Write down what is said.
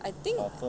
I think